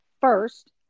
first